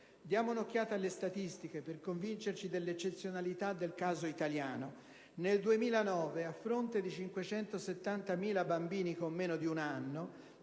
Diamo un'occhiata alle statistiche per convincersi dell'eccezionalità del caso italiano: nel 2009, a fronte di 570.000 bambini con meno di un anno